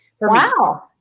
Wow